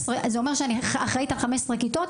זה אומר שאני אחראית על 15 כיתות,